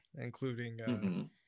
including